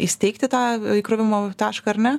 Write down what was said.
įsteigti tą įkrovimo tašką ar ne